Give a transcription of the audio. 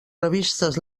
revistes